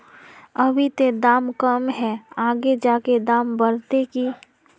अभी ते दाम कम है आगे जाके दाम बढ़ते की?